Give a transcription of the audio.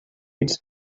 its